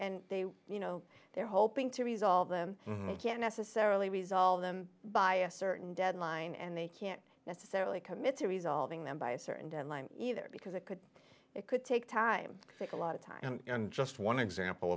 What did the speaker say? and they you know they're hoping to resolve them and they can't necessarily resolve them by a certain deadline and they can't necessarily commit to resolving them by a certain deadline either because it could it could take time take a lot of time and just one example